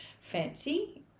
fancy